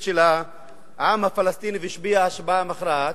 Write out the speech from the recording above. של העם הפלסטיני והשפיע השפעה מכרעת,